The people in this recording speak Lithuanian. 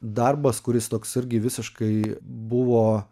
darbas kuris toks irgi visiškai buvo